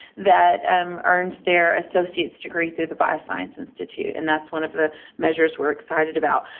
that um earned their associate's degree through the bioscience institute, and that's one of the measures we're excited about.